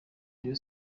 rayon